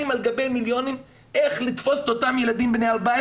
על גבי מיליונים איך לתפוס את אותם ילדים בני 14